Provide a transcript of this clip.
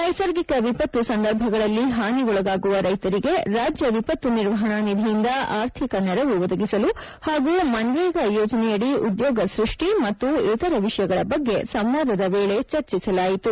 ನೈಸರ್ಗಿಕ ವಿಪತ್ತು ಸಂದರ್ಭಗಳಲ್ಲಿ ಹಾನಿಗೊಳಗಾಗುವ ರೈತರಿಗೆ ರಾಜ್ಯ ವಿಪತ್ತು ನಿರ್ವಹಣಾ ನಿಧಿಯಿಂದ ಆರ್ಥಿಕ ನೆರವು ಒದಗಿಸಲು ಹಾಗೂ ಮನರೇಗ ಯೋಜನೆಯದಿ ಉದ್ಯೋಗ ಸ್ಪಷ್ಟಿ ಮತ್ತು ಇತರ ವಿಷಯಗಳ ಬಗ್ಗೆ ಸಂವಾದದ ವೇಳೆ ಚರ್ಚಿಸಲಾಯಿತು